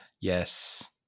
Yes